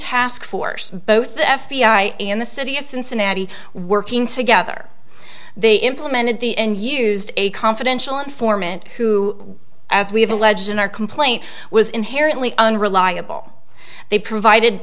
task force both the f b i and the city of cincinnati working together they implemented the and used a confidential informant who as we have alleged in our complaint was inherently unreliable they provided